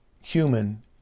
human